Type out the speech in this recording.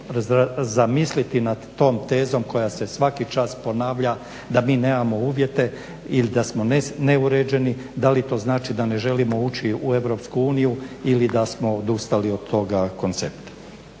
malo zamisliti nad tom tezom koja se svaki čas ponavlja, da mi nemamo uvjete ili da smo neuređeni. Da li to znači da ne želimo ući u EU ili da smo odustali od toga koncepta.